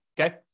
okay